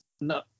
No